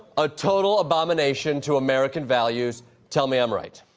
a total abomination to american values tell me i'm right.